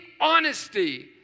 honesty